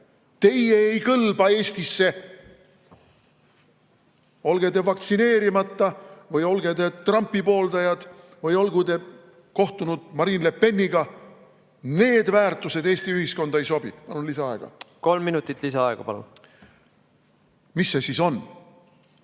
Teie ei kõlba Eestisse! Olge te vaktsineerimata või olge Trumpi pooldajad või olgu te kohtunud Marine Le Peniga. Need väärtused Eesti ühiskonda ei sobi. Palun lisaaega. Kolm minutit lisaaega, palun. Kolm minutit